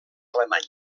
alemany